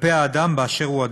כלפי האדם באשר הוא,